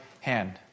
hand